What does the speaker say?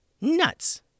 nuts